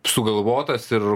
sugalvotas ir